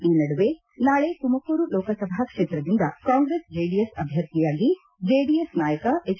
ಈ ನಡುವೆ ನಾಳೆ ತುಮಕೂರು ಲೋಕಸಭಾ ಕ್ಷೇತ್ರದಿಂದ ಕಾಂಗ್ರೆಸ್ ಜೆಡಿಎಸ್ ಅಭ್ವರ್ಥಿಯಾಗಿ ಜೆಡಿಎಸ್ ನಾಯಕ ಎಚ್